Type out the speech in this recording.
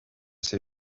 ses